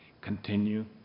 continue